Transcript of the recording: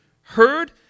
heard